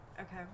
Okay